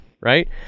right